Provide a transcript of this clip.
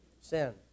Sin